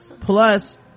plus